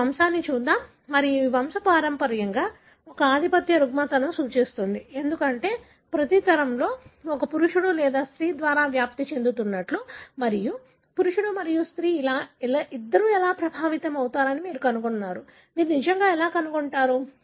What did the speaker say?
ఈ వంశాన్ని చూద్దాం మరియు ఈ వంశపారంపర్యంగా ఒక ఆధిపత్య రుగ్మతను సూచిస్తుంది ఎందుకంటే ప్రతి తరంలో మీరు ఒక పురుషుడు లేదా స్త్రీ ద్వారా వ్యాప్తి చెందుతున్నట్లు మరియు పురుషుడు మరియు స్త్రీ ఇద్దరూ ప్రభావితం అవుతారని మీరు కనుగొన్నారు మీరు నిజంగా ఎలా కనుగొంటారు